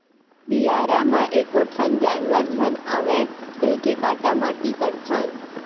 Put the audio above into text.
बियारा म एको ठन जानवर झन आवय कहिके काटा माटी करथन